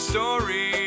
Story